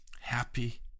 happy